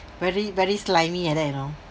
very very slimy like that you know